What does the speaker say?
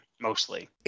Mostly